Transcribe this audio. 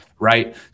right